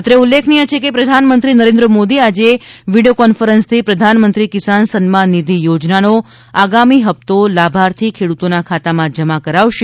અત્રે ઉલ્લેખનીય છે કે પ્રધાનમંત્રી નરેન્દ્ર મોદી આજે વીડિયો કોન્ફરન્સથી પ્રધાનમંત્રી કિસાન સન્માનનિધિ યોજનાનો આગામી હપ્તો લાભાર્થી ખેડૂતોના ખાતામાં જમા કરાવશે